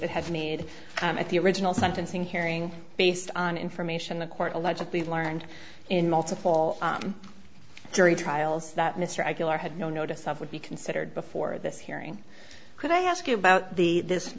that have made at the original sentencing hearing based on information the court allegedly learned in multiple jury trials that mr aguilar had no notice of would be considered before this hearing could i ask you about the this